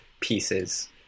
pieces